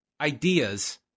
ideas